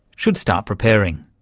should start preparing.